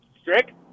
Strick